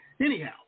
Anyhow